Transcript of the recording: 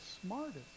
smartest